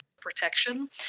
protection